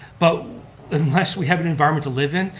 but unless we have an environment to live in,